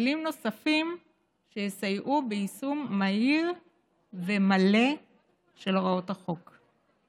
כלים נוספים שיסייעו ביישום מהיר ומלא של הוראות החוק.